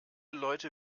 leute